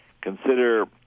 Consider